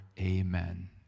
amen